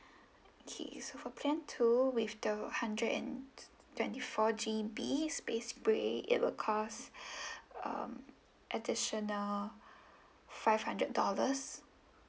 okay so for plan two with the hundred and tw~ twenty four G_B space grey it will cost um additional five hundred dollars